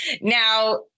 Now